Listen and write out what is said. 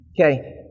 Okay